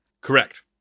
Correct